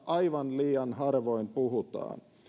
aivan liian harvoin puhutaan